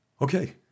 Okay